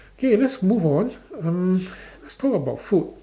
K let's move on uh let's talk about food